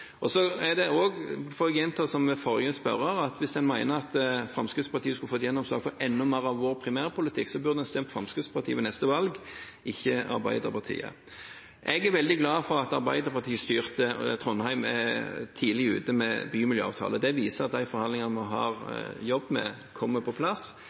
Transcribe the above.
Så jeg gjentar – som jeg sa til forrige spørrer – at hvis en mener at Fremskrittspartiet skulle fått gjennomslag for enda mer av vår primærpolitikk, burde en stemme Fremskrittspartiet ved neste valg, ikke Arbeiderpartiet. Jeg er veldig glad for at arbeiderpartistyrte Trondheim er tidlig ute med bymiljøavtale. Det viser at de forhandlingene vi har jobbet med, kommer på plass.